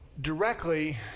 Directly